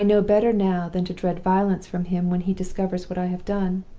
i know better now than to dread violence from him when he discovers what i have done.